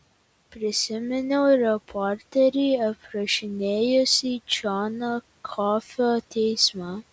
prisiminiau reporterį aprašinėjusį džono kofio teismą